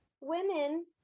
women